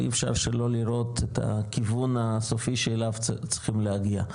אי אפשר שלא לראות את הכיוון הסופי שאליו צריכים להגיע.